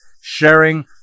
sharing